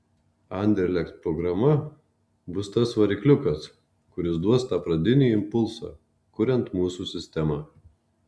anderlecht programa bus tas varikliukas kuris duos tą pradinį impulsą kuriant mūsų sistemą